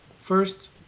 First